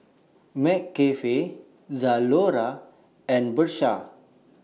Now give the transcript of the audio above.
McCafe Zalora and Bershka